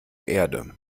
erde